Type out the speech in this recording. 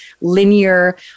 linear